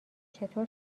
چطور